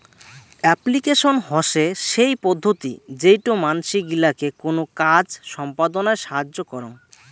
application হসে সেই পদ্ধতি যেইটো মানসি গিলাকে কোনো কাজ সম্পদনায় সাহায্য করং